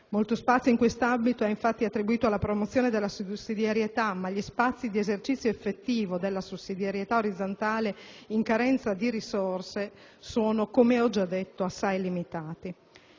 Molto spazio in quest'ambito è attribuito infatti alla promozione della sussidiarietà, ma gli spazi di esercizio effettivo della sussidiarietà orizzontale, in carenza di risorse sono, come ho già detto, assai limitati.